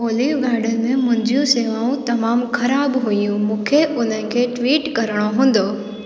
olive Garden में मुंहिंजूं सेवाऊं तमामु ख़राबु हुयूं मूंखे उन खे ट्वीट करणो हूंदो